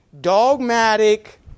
dogmatic